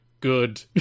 good